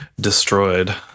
destroyed